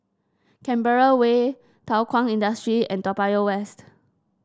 Canberra Way Thow Kwang Industry and Toa Payoh West